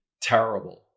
terrible